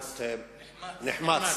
נחמץ.